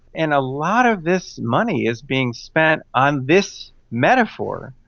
and a lot of this money is being spent on this metaphor.